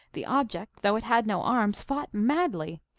the object, though it had no arms, fought madly.